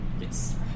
Yes